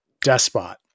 despot